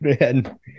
man